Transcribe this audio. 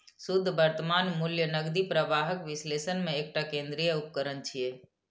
शुद्ध वर्तमान मूल्य नकदी प्रवाहक विश्लेषण मे एकटा केंद्रीय उपकरण छियै